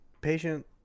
patient